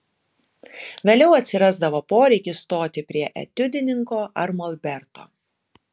vėliau atsirasdavo poreikis stoti prie etiudininko ar molberto